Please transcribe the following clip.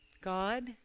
God